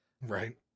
Right